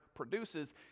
produces